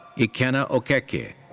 ikenna okeke.